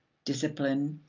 discipline,